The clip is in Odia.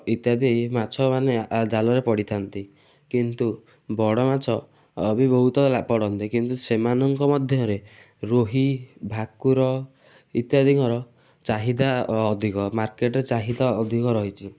ଇତ୍ୟାଦି ମାଛମାନେ ଜାଲରେ ପଡ଼ିଥାନ୍ତି କିନ୍ତୁ ବଡ଼ ମାଛ ବି ବହୁତ ପଡ଼ନ୍ତି କିନ୍ତୁ ସେମାନଙ୍କ ମଧ୍ୟରେ ରୋହି ଭାକୁର ଇତ୍ୟାଦିଙ୍କର ଚାହିଦା ଅଧିକ ମାର୍କେଟରେ ଚାହିଦା ଅଧିକ ରହିଛି